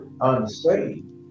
unsaved